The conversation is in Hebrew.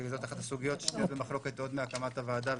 זאת אחת הסוגיות ששנויות במחלוקת עוד מהקמת הוועדה,